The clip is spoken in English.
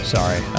Sorry